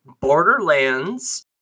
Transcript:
Borderlands